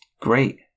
great